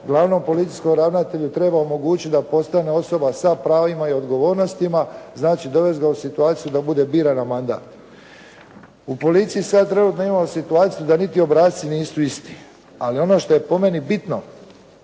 Glavnom policijskom ravnatelju treba omogućiti da postane osoba sa pravima i odgovornostima, znači dovest ga u situaciju da bude biran na mandat. U policiji sad trenutno imamo situaciju da niti obrasci nisu isti, ali ono što je po meni bitno